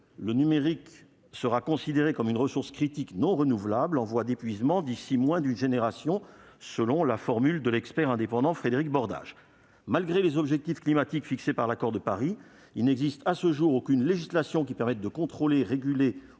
le numérique sera considéré comme une ressource critique non renouvelable en voie d'épuisement d'ici moins d'une génération », selon l'expert indépendant Frédéric Bordage. Malgré les objectifs climatiques fixés par l'accord de Paris, il n'existe à ce jour aucune législation qui permette de contrôler, de réguler ou